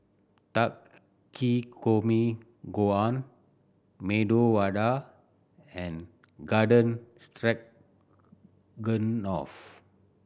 Takikomi Gohan Medu Vada and Garden Stroganoff